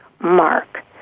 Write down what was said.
mark